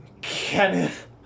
kenneth